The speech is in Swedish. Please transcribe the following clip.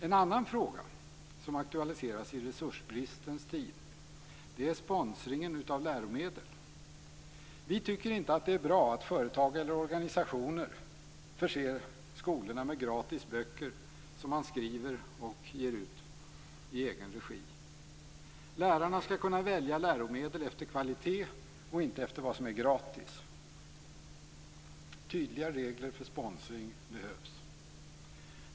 En annan fråga som aktualiseras i resursbristens tider är sponsringen av läromedel. Vi tycker inte att det är bra att företag eller organisationer förser skolorna med gratis böcker som man skriver och ger ut i egen regi. Lärarna skall kunna välja läromedel efter kvalitet och inte efter vad som är gratis. Tydliga regler för sponsring behövs.